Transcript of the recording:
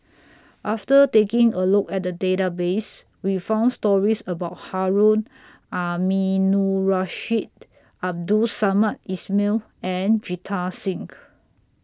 after taking A Look At The Database We found stories about Harun Aminurrashid Abdul Samad Ismail and Jita Singh